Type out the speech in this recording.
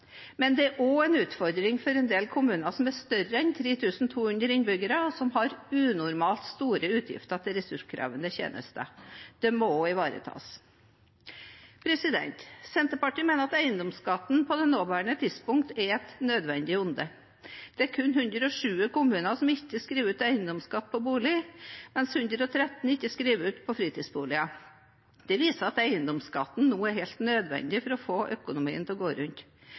Det er også en utfordring for en del kommuner med over 3 200 innbyggere, som har unormalt store utgifter til ressurskrevende tjenester. Det må ivaretas. Senterpartiet mener at eiendomsskatten på det nåværende tidspunkt er et nødvendig onde. Det er kun 107 kommuner som ikke skriver ut eiendomsskatt på bolig, mens 113 kommuner ikke skriver ut eiendomsskatt på fritidsbolig. Dette viser at eiendomsskatten nå er helt nødvendig for å få økonomien til å gå rundt.